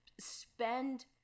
spend